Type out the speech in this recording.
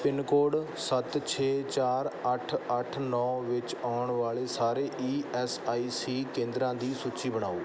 pin code ਸੱਤ ਛੇ ਚਾਰ ਅੱਠ ਅੱਠ ਨੌਂ ਵਿੱਚ ਆਉਣ ਵਾਲੇ ਸਾਰੇ ਈ ਐੱਸ ਆਈ ਸੀ ਕੇਂਦਰਾਂ ਦੀ ਸੂਚੀ ਬਣਾਓ